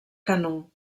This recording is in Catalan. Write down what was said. canó